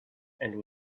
and